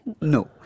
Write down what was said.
No